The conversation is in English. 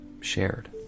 shared